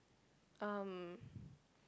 um